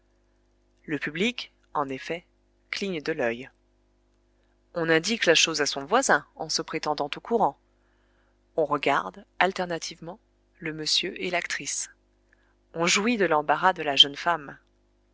le public en effet cligne de l'œil on indique la chose à son voisin en se prétendant au courant on regarde alternativement le monsieur et l'actrice on jouit de l'embarras de la jeune femme